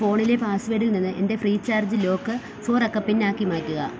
ഫോണിലെ പാസ്വേഡിൽ നിന്ന് എൻ്റെ ഫ്രീ ചാർജ് ലോക്ക് ഫോർ അക്ക പിൻ ആക്കി മാറ്റുക